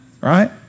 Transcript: Right